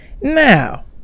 Now